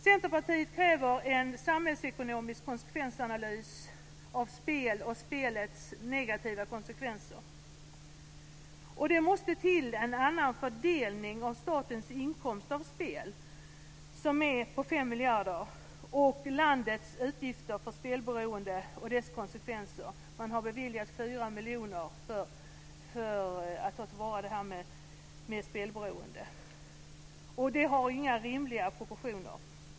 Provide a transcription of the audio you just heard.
Centerpartiet kräver en samhällsekonomisk analys av spel och spelets negativa konsekvenser. Det måste till en annan fördelning av statens inkomster av spel, som är på 5 miljarder, och landets utgifter för spelberoende och dess konsekvenser, för vilket man har beviljat 4 miljoner. Detta är inga rimliga proportioner.